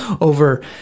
over